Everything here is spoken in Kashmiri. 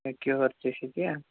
ہے کیُہر تہِ چھُ کیٛاہ